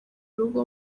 rugo